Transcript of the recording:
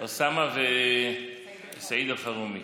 אוסאמה וסעיד אלחרומי,